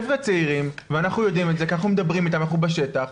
אנחנו מדברים עם הצעירים בשטח,